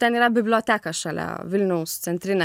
ten yra biblioteka šalia vilniaus centrinė